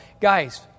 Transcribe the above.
Guys